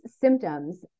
symptoms